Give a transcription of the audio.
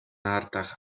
nartach